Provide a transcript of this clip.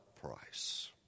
price